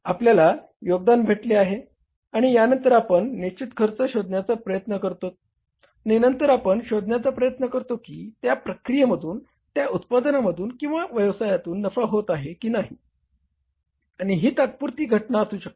आपल्याला योगदान भेटले आहे आणि यानंतर आपण निश्चित खर्च शोधण्याचा प्रयत्न करतोत आणि नंतर आपण शोधण्याचा प्रयत्न करतो की त्या प्रक्रियेमधून त्या उत्पादनातून किंवा व्यवसायातुन नफा होत आहे की नाही आणि ही तात्पुरती घटना असू शकते